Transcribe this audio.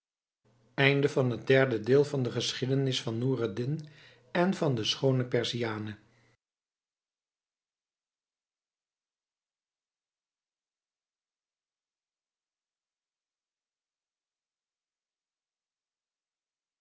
van de geschiedenis van noureddin en van de schoone perziane